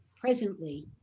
presently